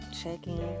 checking